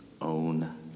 own